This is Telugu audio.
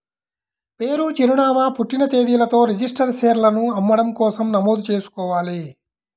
పేరు, చిరునామా, పుట్టిన తేదీలతో రిజిస్టర్డ్ షేర్లను అమ్మడం కోసం నమోదు చేసుకోవాలి